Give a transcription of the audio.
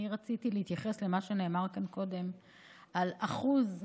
אני רציתי להתייחס למה שנאמר כאן קודם על אחוז הפונים.